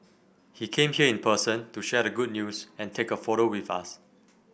he came here in person to share the good news and take a photo with us